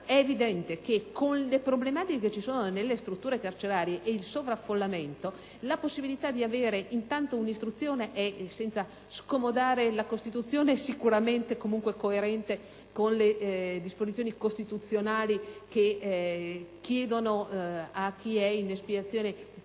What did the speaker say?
È evidente che, con le problematiche presenti nelle strutture carcerarie e il sovraffollamento, la possibilità di avere un'istruzione intanto è, senza scomodare la Costituzione, sicuramente coerente con le disposizioni costituzionali che prevedono per chi è in espiazione